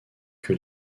que